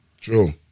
true